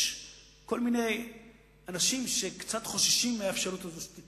כל מיני אנשים שקצת חוששים מהאפשרות הזאת,